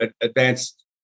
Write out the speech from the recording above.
advanced